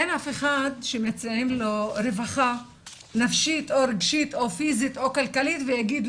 אין אף אחד שמציעים לו רווחה נפשית או רגשית או פיזית או כלכלית ויגיד,